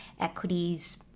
equities